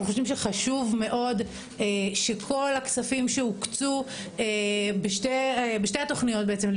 אנחנו חושבים שחשוב מאוד שכל הכספים שהוקצו בשתי התוכניות בעצם,